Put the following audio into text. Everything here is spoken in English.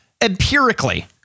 empirically